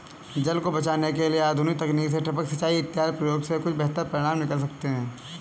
जल को बचाने के लिए आधुनिक तकनीक से टपक सिंचाई इत्यादि के प्रयोग से कुछ बेहतर परिणाम निकल सकते हैं